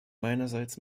meinerseits